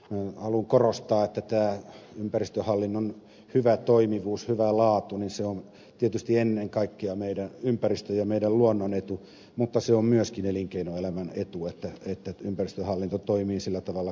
minä haluan korostaa että ympäristöhallinnon hyvä toimivuus hyvä laatu on tietysti ennen kaikkea meidän ympäristömme ja luonnon etu mutta se on myöskin elinkeinoelämän etu että ympäristöhallinto toimii sillä tavalla kuin on ajateltu